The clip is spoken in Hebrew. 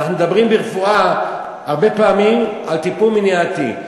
אנחנו מדברים ברפואה הרבה פעמים על טיפול מניעתי.